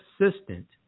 assistant